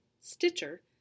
Stitcher